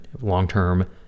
Long-term